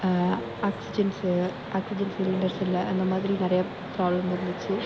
oxygens oxygen cylinders இல்லை அந்தமாதிரி நிறைய ப்ராப்ளம் இருந்துச்சு